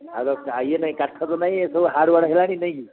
ଆଉ ଇଏ ନାଇଁ କାଠ ତ ନାହିଁ ଏ ସବୁ ହେଲାଣିି ନାଇଁ କି